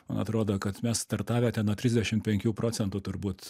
man atrodo kad mes startavę ten nuo trisdešim penkių procentų turbūt